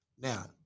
Now